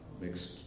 mixed